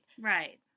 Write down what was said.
Right